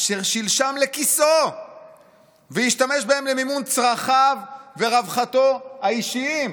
אשר שלשלם לכיסו והשתמש בהם למימון צרכיו ורווחתו האישיים".